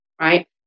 right